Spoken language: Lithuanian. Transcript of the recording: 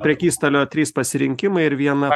prėkystalio trys pasirinkimai ir viena